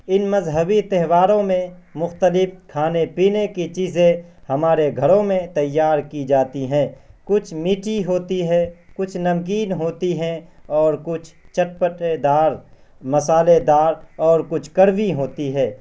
ان مذہنی تہواروں میں مختلف کھانے پینے کی چیزیں ہمارے گھروں میں تیار کی جاتی ہیں کچھ میٹھی ہوتی ہے کچھ نمکین ہوتی ہیں اور کچھ چٹ پٹےدار مصالحےدار اور کچھ کروی ہوتی ہے